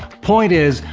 point is,